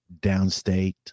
downstate